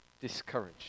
discouraged